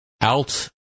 out